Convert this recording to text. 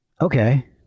Okay